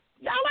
Y'all